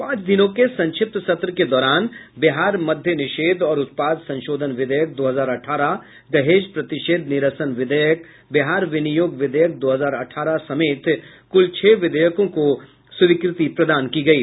पांच दिनों के संक्षिप्त सत्र के दौरान बिहार मद्य निषेध और उत्पाद संशोधन विधेयक दो हजार अठारह दहेज प्रतिषेध निरसन विधेयक बिहार विनियोग विधेयक दो हजार अठारह समेत कुल छह विधेयकों को स्वीकृति प्रदान की गयी